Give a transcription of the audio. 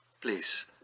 please